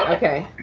okay,